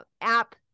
app